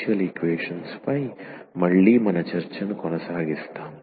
ఈ రోజు మనం ఆర్డర్ 1 మరియు డిగ్రీ 1 యొక్క డిఫరెన్షియల్ ఈక్వేషన్స్ పై మళ్ళీ మన చర్చను కొనసాగిస్తాము